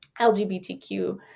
LGBTQ